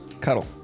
Cuddle